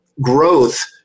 growth